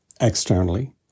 externally